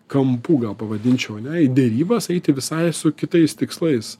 kampų gal pavadinčiau ane į derybas eiti visai su kitais tikslais